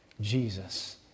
Jesus